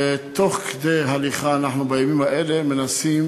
ותוך כדי הליכה אנחנו בימים אלה מנסים